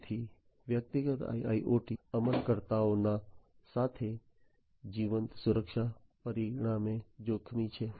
તેથી વ્યક્તિગત IIoT અમલકર્તાઓના હાથે જીવંત સુરક્ષા પરિણામે જોખમી છે